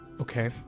Okay